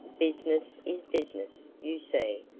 business is business, you see,